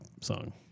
song